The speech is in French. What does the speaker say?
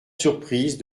surprise